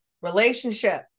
relationship